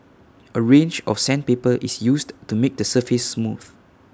A range of sandpaper is used to make the surface smooth